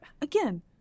again